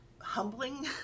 humbling